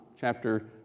chapter